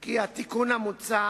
כי התיקון המוצע